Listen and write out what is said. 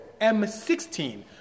M16